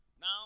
Now